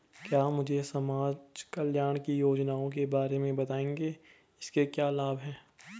क्या मुझे समाज कल्याण की योजनाओं के बारे में बताएँगे इसके क्या लाभ हैं?